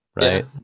right